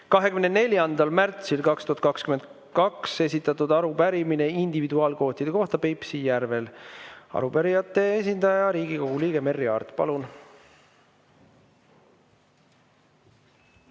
24. märtsil 2022 esitatud arupärimine individuaalkvootide kohta Peipsi järvel. Arupärijate esindaja, Riigikogu liige Merry Aart, palun!